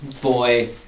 boy